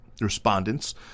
respondents